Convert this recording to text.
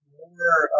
more